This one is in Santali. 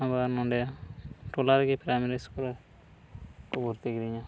ᱟᱵᱟᱨ ᱱᱚᱸᱰᱮ ᱴᱚᱞᱟ ᱨᱮᱜᱮ ᱯᱨᱟᱭᱢᱟᱨᱤ ᱥᱠᱩᱞ ᱨᱮ ᱠᱚ ᱵᱷᱚᱨᱛᱤ ᱠᱤᱫᱤᱧᱟ